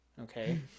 Okay